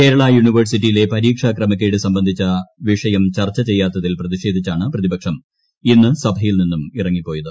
കേരള യൂണിവേഴ്സിറ്റിയിലെ പരീക്ഷാ ക്രമക്കേട് സംബന്ധിച്ച വിഷയം ചർച്ച ചെയ്യാത്തതിൽ പ്രതിഷേധിച്ചാണ് പ്രതിപക്ഷം ഇന്ന് സഭയിൽ നിന്നും ഇറങ്ങിപ്പോയത്